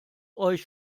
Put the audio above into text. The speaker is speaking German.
euch